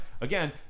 again